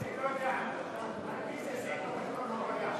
אני לא יודע על-פי איזה סעיף בתקנון הוא עולה עכשיו.